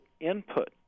input